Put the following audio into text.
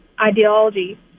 ideology